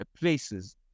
places